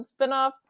spinoff